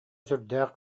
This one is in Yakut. сүрдээх